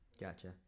Gotcha